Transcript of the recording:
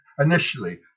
initially